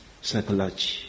psychology